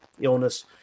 illness